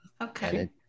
Okay